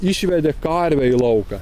išvedė karvę į lauką